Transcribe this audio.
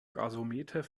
gasometer